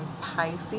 Pisces